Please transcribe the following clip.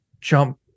jump